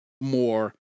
more